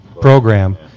program